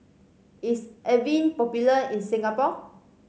is Avene popular in Singapore